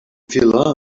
fila